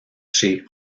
chez